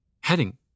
Heading